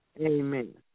Amen